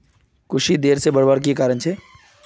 कुशी देर से बढ़वार की कारण छे?